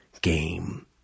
game